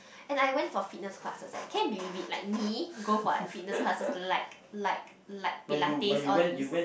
and I went for fitness classes eh can you believe it like me go for like fitness classes like like like Pilates all these